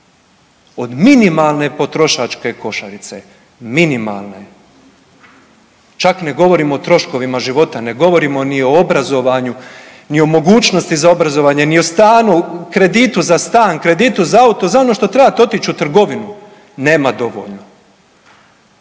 od minimalne potrošačke košarice. Minimalne. Čak ne govorimo o troškovima života, ne govorimo ni o obrazovanju ni o mogućnosti za obrazovanje, ni o stanu, kreditu za stan, kreditu za auto, za ono što trebate otić u trgovinu, nema dovoljno.